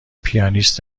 پیانیست